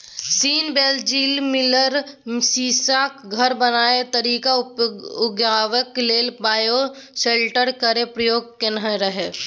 scene बेलेजली मिलर सीशाक घर बनाए तरकारी उगेबाक लेल बायोसेल्टर केर प्रयोग केने रहय